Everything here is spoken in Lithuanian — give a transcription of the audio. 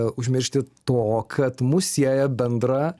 užmiršti to kad mus sieja bendra